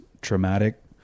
traumatic